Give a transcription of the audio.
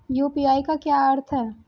UPI का क्या अर्थ है?